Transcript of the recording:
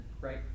right